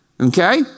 Okay